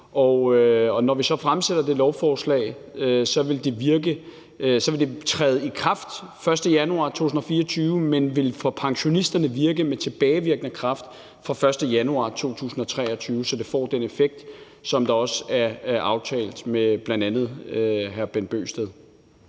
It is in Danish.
Når vi så fremsætter det lovforslag, vil det træde i kraft den 1. januar 2024, men det vil for pensionisterne virke med tilbagevirkende kraft fra den 1. januar 2023, så det får den effekt, der også er aftalt med bl.a. hr. Bent Bøgsted.